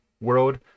world